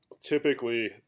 Typically